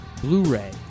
Blu-ray